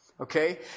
Okay